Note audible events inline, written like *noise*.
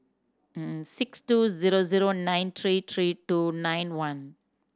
*hesitation* six two zero zero nine three three two nine one